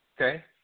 Okay